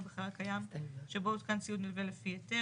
או בחלל קיים שבו הותקן ציוד נלווה לפי היתר,